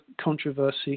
controversy